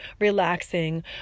relaxing